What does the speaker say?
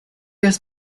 has